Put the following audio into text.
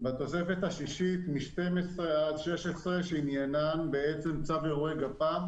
בתוספת השישית שעניינן צו אירועי גפ"מ,